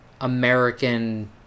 american